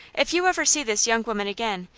if you ever see this young woman again,